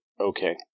Okay